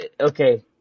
okay